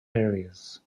areas